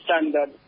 standard